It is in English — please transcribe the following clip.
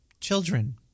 children